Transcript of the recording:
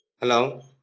Hello